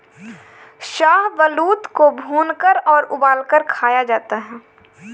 शाहबलूत को भूनकर और उबालकर खाया जाता है